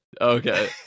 okay